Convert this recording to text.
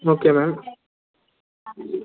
okay ma'am